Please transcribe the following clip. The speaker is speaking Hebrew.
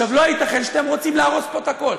לא ייתכן שאתם רוצים להרוס פה את הכול.